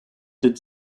did